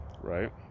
right